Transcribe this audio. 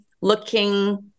looking